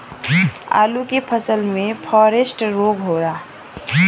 आलू के फसल मे फारेस्ट रोग होला?